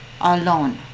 alone